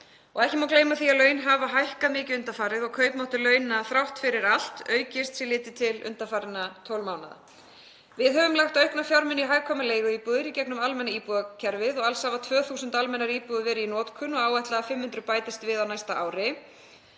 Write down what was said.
Ekki má gleyma því að laun hafa hækkað mikið undanfarið og kaupmáttur launa hefur þrátt fyrir allt aukist sé litið til undanfarinna 12 mánaða. Við höfum lagt aukna fjármuni í hagkvæmar leiguíbúðir í gegnum almenna íbúðakerfið. Alls hafa 2.000 almennar íbúðir verið í notkun og áætlað að 500 bætist við á næsta ári.